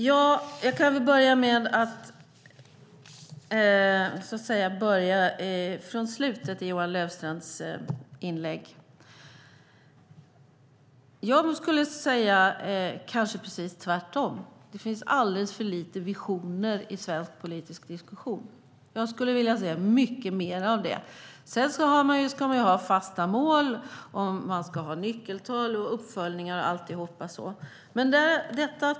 Herr talman! Jag börjar från slutet i Johan Löfstrands inlägg. Jag tycker precis tvärtom - det finns alldeles för lite visioner i svensk politisk diskussion. Jag skulle vilja se mycket mer av det. Vi ska naturligtvis ha fasta mål, nyckeltal och uppföljningar och allt annat.